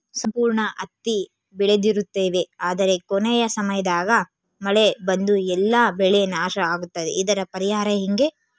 ಸಂಪೂರ್ಣ ಹತ್ತಿ ಬೆಳೆದಿರುತ್ತೇವೆ ಆದರೆ ಕೊನೆಯ ಸಮಯದಾಗ ಮಳೆ ಬಂದು ಎಲ್ಲಾ ಬೆಳೆ ನಾಶ ಆಗುತ್ತದೆ ಇದರ ಪರಿಹಾರ ಹೆಂಗೆ?